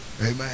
Amen